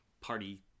Party